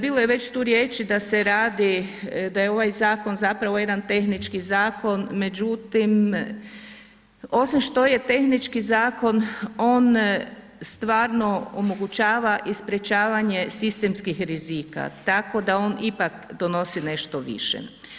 Bilo je već tu riječi da se radi, da je ovaj zakon zapravo jedan tehnički zakon međutim osim što je tehnički zakon on stvarno omogućava i sprječavanje sistemskih rizika tako da on ipak donosi nešto više.